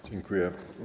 Dziękuję.